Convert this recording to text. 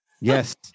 Yes